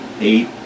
eight